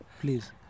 Please